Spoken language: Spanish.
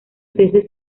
cese